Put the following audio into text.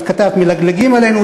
כתבת: "מלגלגים עלינו,